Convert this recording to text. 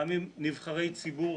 גם עם נבחרי ציבור,